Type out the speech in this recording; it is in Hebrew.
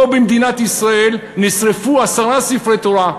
פה, במדינת ישראל, נשרפו עשרה ספרי תורה.